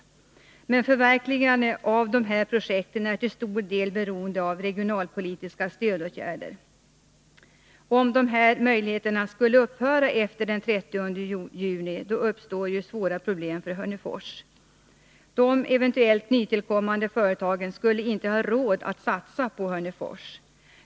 Men förverkligandet av dessa projekt är till stor del beroende av regionalpolitiska stödåtgärder. Om möjligheterna till sådana skulle upphöra efter den 30 juni, uppstår mycket svåra problem för Hörnefors. De eventuellt nytillkommande företagen skulle inte ha råd att satsa på Hörnefors.